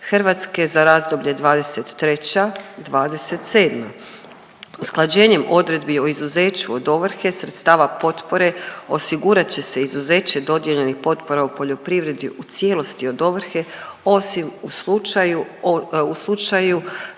politike RH za razdoblje '23.-'27. Usklađenjem odredbi o izuzeću od ovrhe sredstava potpore osigurat će se izuzeće dodijeljenih potpora u poljoprivredi u cijelosti od ovrhe, osim u slučaju